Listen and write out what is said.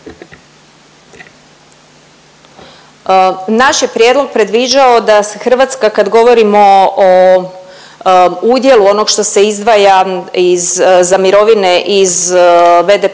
Naš je prijedlog predviđao da se Hrvatska kad govorimo o udjelu onog što se izdvaja za mirovine iz BDP-a